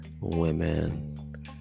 women